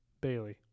Bailey